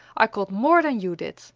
i caught more than you did.